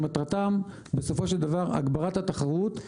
שמטרתם בסופו של דבר הגברת התחרות.